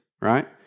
right